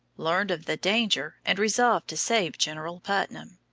learned of the danger and resolved to save general putnam.